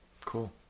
Cool